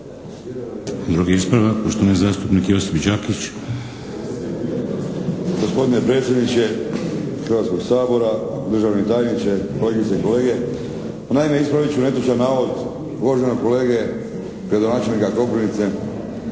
Drugi ispravak poštovani zastupnik Josip Đakić.